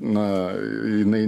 na jinai